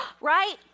right